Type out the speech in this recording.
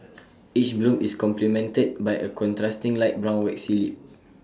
each bloom is complemented by A contrasting light brown waxy lip